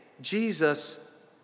Jesus